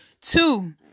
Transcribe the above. Two